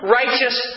righteous